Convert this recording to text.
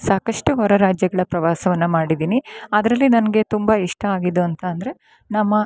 ಸಾಕಷ್ಟು ಹೊರ ರಾಜ್ಯಗಳ ಪ್ರವಾಸವನ್ನು ಮಾಡಿದೀನಿ ಅದರಲ್ಲಿ ನನಗೆ ತುಂಬ ಇಷ್ಟ ಆಗಿದ್ದು ಅಂತಂದರೆ ನಮ್ಮ